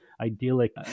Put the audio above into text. idyllic